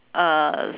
uh